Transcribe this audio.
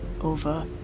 over